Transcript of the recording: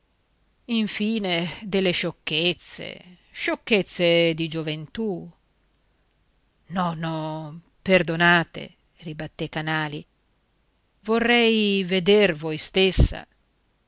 infine delle sciocchezze sciocchezze di gioventù no no perdonate ribatté canali vorrei veder voi stessa